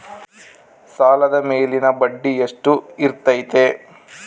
ಸಾಲದ ಮೇಲಿನ ಬಡ್ಡಿ ಎಷ್ಟು ಇರ್ತೈತೆ?